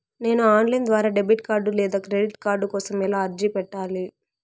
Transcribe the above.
నేను online ద్వారా debit card లేదా క్రెడిట్ కార్డు కోసం ఎలా అర్జీ పెట్టాలి?